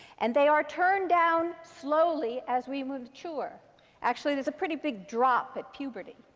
and they are turned down slowly as we mature. actually, there's a pretty big drop at puberty.